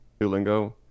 duolingo